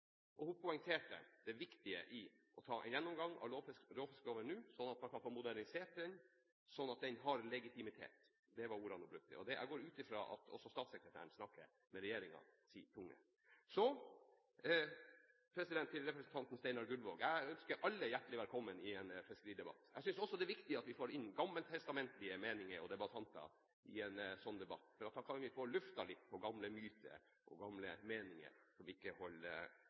Hun poengterte det viktige i å ta en gjennomgang av råfiskloven nå, slik at man kan få modernisert den så den har legitimitet. Det var ordene hun brukte. Jeg går ut fra at også statssekretæren snakker med regjeringens tunge. Så til representanten Steinar Gullvåg. Jeg ønsker alle hjertelig velkommen i en fiskeridebatt. Jeg synes også det er viktig at vi får inn gammeltestamentlige meninger og debattanter i en sånn debatt, for da kan vi få luftet litt på gamle myter og gamle meninger som ikke holder mål lenger. Det er ikke